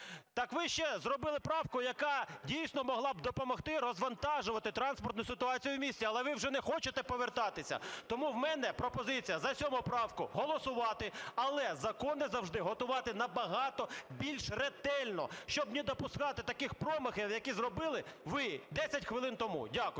так ви ще зробили правку, яка дійсно могла б допомогти розвантажувати транспортну ситуацію в місті, але ви вже не хочете повертатися. Тому в мене пропозиція: за 7 правку голосувати. Але закони завжди готувати набагато більш ретельно, щоб не допускати таких промахів, які зробили ви 10 хвилин тому. Дякую.